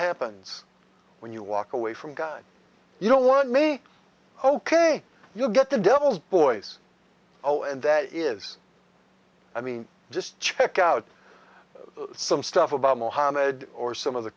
happens when you walk away from god you don't want me ok you get the devil's boys oh and that is i mean just check out some stuff about mohammad or some of the